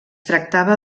tractava